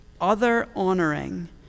other-honoring